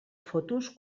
fotos